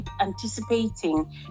anticipating